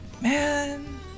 Man